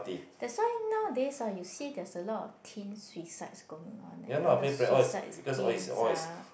that's why nowadays ah you see there's a lot of teen suicides going on and now the suicides games ah